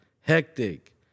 Hectic